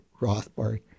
Rothbard